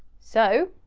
so,